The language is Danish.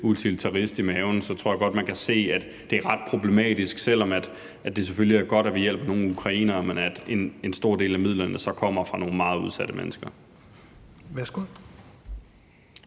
utilitarist i maven, tror jeg godt man kan se, at det er ret problematisk – selv om det selvfølgelig er godt, at vi hjælper nogle ukrainere – at en stor del af midlerne så kommer fra nogle meget udsatte mennesker. Kl.